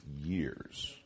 years